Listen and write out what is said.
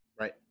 Right